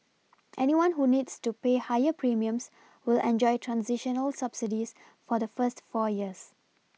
anyone who needs to pay higher premiums will enjoy transitional subsidies for the first four years